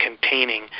containing